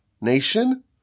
nation